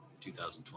2020